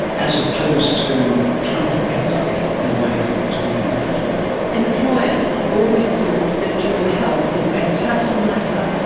as opposed to trying to keep you healthy in a way that is going to make a difference for them. employers have always thought that your health is a very personal matter.